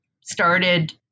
started